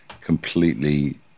completely